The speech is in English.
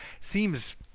seems